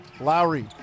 Lowry